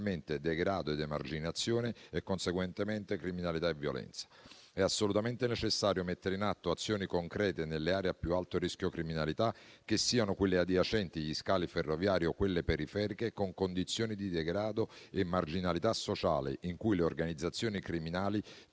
degrado ed emarginazione e, conseguentemente, criminalità e violenza; è assolutamente necessario mettere in atto azioni concrete nelle aree a più alto rischio criminalità, che siano quelle adiacenti agli scali ferroviari o quelle periferiche con condizioni di degrado e marginalità sociale in cui le organizzazioni criminali